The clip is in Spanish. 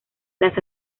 las